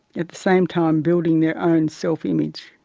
at the same time building their own self image.